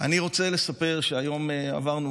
אני רוצה לספר שהיום עברנו